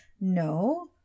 no